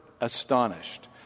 astonished